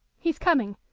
he's coming.